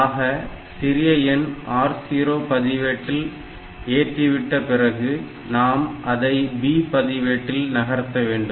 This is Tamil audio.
ஆக சிறிய எண் R0 பதிவேட்டில் ஏற்றிவிட்ட பிறகு நாம் அதை B பதிவேட்டில் நகர்த்த வேண்டும்